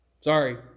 sorry